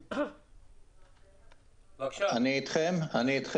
--- אחר כך חודש, חודשיים של איזה הרצה משותפת.